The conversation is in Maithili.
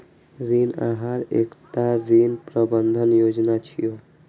ऋण आहार एकटा ऋण प्रबंधन योजना छियै